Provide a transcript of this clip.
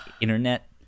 internet